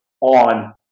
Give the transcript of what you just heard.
on